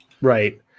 right